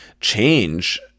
change